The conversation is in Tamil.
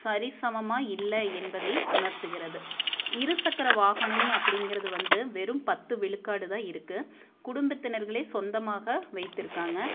சரிசமமாக இல்லை என்பதை உணர்த்துகிறது இரு சக்கர வாகனம் அப்படிங்குறது வந்து வெறும் பத்து விழுக்காடு தான் இருக்குது குடும்பத்தினர்கள் சொந்தமாக வைத்திருக்காங்க